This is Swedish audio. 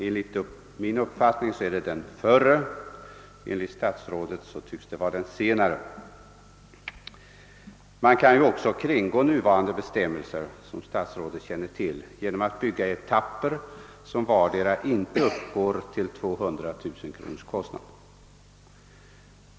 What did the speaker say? Enligt min uppfattning är det det förra, enligt statsrådet tycks det vara det senare. Man kan också kringgå nuvarande bestämmelser, vilket statsrådet känner till, genom att bygga i etapper, som var för sig inte uppgår till 200 000 kronors kostnad.